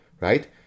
right